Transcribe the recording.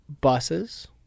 buses